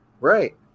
Right